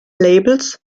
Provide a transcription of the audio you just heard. labels